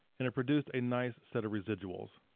and it produced a nice set of residuals.